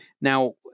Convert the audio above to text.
now